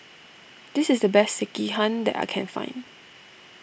this is the best Sekihan that I can find